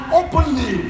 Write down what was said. openly